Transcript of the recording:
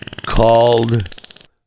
called